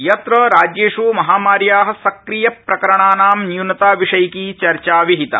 यत्र राज्येष् महामार्या सक्रियप्रकरणानां न्यूनताविषयिकी चर्चा विहिता